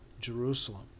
Jerusalem